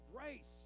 grace